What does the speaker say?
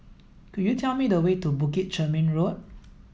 could you tell me the way to Bukit Chermin Road